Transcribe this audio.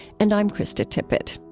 and i'm krista tippett